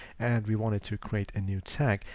and we wanted to create a new tag,